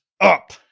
up